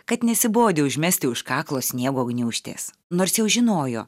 kad nesibodi užmesti už kaklo sniego gniūžtės nors jau žinojo